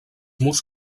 murs